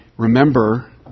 Remember